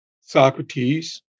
Socrates